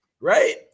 Right